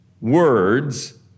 words